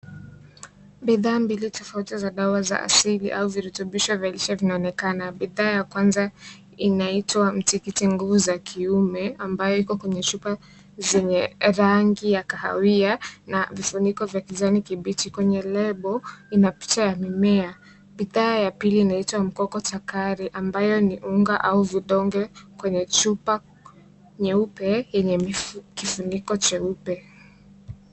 Bidhaa mbili tofauti za dawa za asili au virutubisho vya lishe vinaonekana. Bidhaa ya kwanza inaitwa mtiki nguvu za kiume ambayo iko kwenye chupa zenye rangi ya kahawia na vifuniko vya kijani kibichi. Kwenye lebo ina picha ya mimea. Bidhaa ya pili inaitwa mkoko chakari ambayo ni unga au vidonge kwenye chupa nyeupe yenye kifuniko cheupe.